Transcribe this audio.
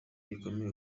gikomeye